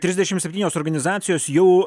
trisdešimt septynios organizacijos jau